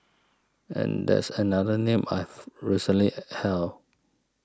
and that's another name I've recently held